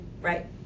right